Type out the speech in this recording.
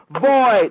void